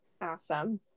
Awesome